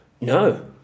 no